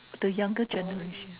the younger generation